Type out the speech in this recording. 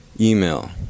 Email